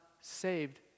saved